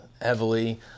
heavily